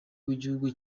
w’igihugu